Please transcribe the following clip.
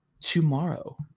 tomorrow